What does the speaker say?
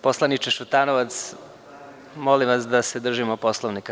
Poslaniče Šutanovac, molim vas da se držite Poslovnika.